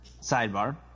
sidebar